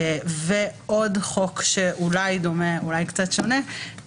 ועוד חוק שאולי דומה וקצת שונה,